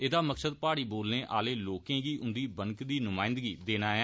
एहदा मकसद प्हाड़ी बोलने आहले लोकें गी उन्दी बनकदी नुमायन्दगी देना ऐ